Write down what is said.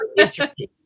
interesting